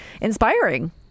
inspiring